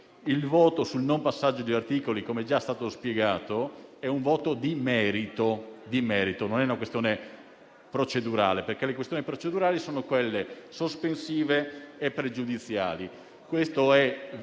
Il voto sul non passaggio agli articoli, come già è stato spiegato, è un voto di merito e non una questione procedurale. Le questioni procedurali sono infatti quelle sospensive e pregiudiziali: questo è